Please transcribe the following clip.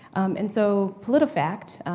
and so, politifact,